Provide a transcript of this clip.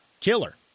killer